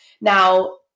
Now